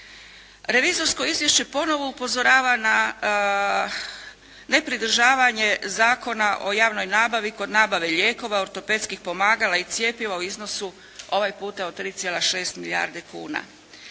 Revizorsko izvješće ponovo upozorava na nepridržavanje Zakona o javnoj nabavi kod nabave lijekova, ortopedskih pomagala i cjepiva u iznosu ovaj puta od 3,6 milijardi kuna.